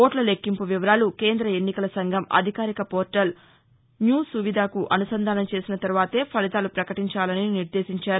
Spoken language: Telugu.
ఓట్ల లెక్కింపు వివరాలు కేంద్ర ఎన్నికల సంఘం అధికారిక పోర్టల్ న్యూసువిధకు అనుసంధానం చేసిన తర్వాతే ఫలితాలు ప్రపకటించాలని నిర్దేశించారు